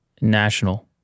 National